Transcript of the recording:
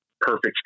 perfect